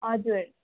हजुर